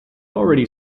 already